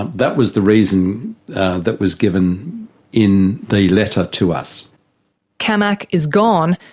and that was the reason that was given in the letter to us camac is gone,